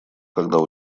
когда